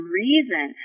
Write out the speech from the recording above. reason